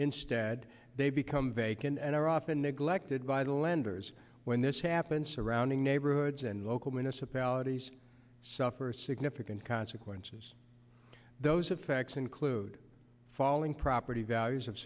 instead they become vacant and are often neglected by the lenders when this happens surrounding neighborhoods and local municipalities suffer significant consequences those effects include falling property values of